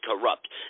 corrupt